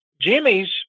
Jimmy's